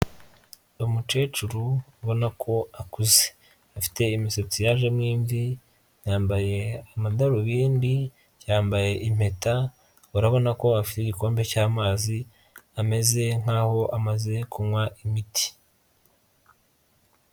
Umukecuru ubona ko akuze. Afite imisatsi yajemo imvi, yambaye amadarubindi, yambaye impeta, urabona ko afite igikombe cy'amazi ameze nk'aho amaze kunywa imiti.